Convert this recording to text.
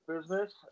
business